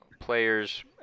players